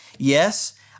Yes